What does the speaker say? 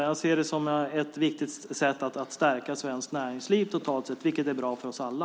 Jag ser det som ett viktigt sätt att stärka svenskt näringsliv totalt sett, vilket är bra för oss alla.